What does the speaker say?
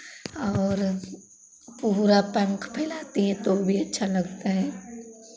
और पूरा पंख फैलाती हैं तो भी अच्छा लगता है